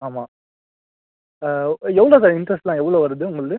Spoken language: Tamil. ஆமாம் எவ்வளோ சார் இன்ட்ரெஸ்ட்லாம் எவ்வளோ வருது உங்களுது